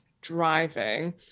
driving